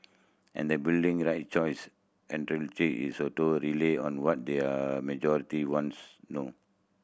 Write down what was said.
and they building right choice is a totally on what the majority wants no